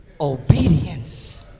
obedience